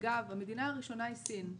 אגב, המדינה הראשונה היא סין.